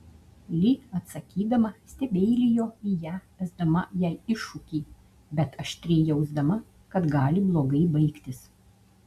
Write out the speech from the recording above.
li atsakydama stebeilijo į ją mesdama jai iššūkį bet aštriai jausdama kad gali blogai baigtis